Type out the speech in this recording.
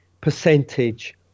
percentage